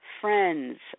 Friends